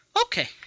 Okay